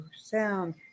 sound